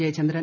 Jayachandran